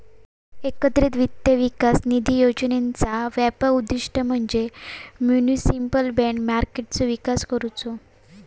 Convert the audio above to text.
एकत्रित वित्त विकास निधी योजनेचा व्यापक उद्दिष्ट म्हणजे म्युनिसिपल बाँड मार्केटचो विकास करुचो